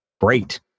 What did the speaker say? Great